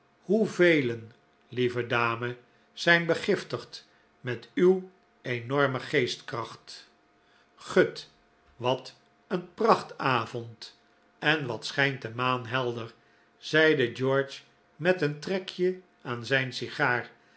hoevelen lieve dame zijn begiftigd met uw enorme geestkracht gut wat een prachtavond en wat schijnt de maan helder zeide george met een trekje aan zijn sigaar